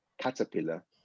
caterpillar